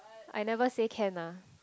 I never say can ah